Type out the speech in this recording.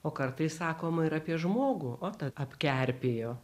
o kartais sakoma ir apie žmogų ot apkerpėjo